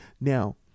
Now